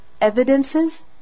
evidences